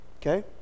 Okay